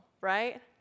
right